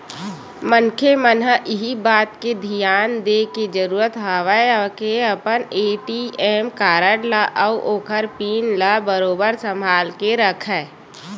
मनखे मन ल इही बात के धियान देय के जरुरत हवय के अपन ए.टी.एम कारड ल अउ ओखर पिन ल बरोबर संभाल के रखय